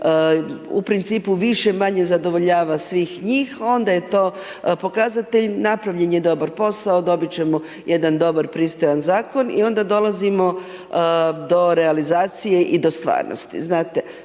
u principu više-manje zadovoljava svih njih onda je to pokazatelj, napravljen je dobar posao, dobit ćemo jedan dobar pristojan zakon i onda dolazimo do realizacije i do stvarnosti.